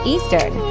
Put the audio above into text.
Eastern